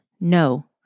No